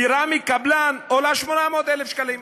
דירה מקבלן עולה 800,000 שקלים.